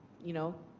you know,